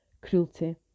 cruelty